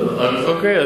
אוקיי,